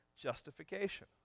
justification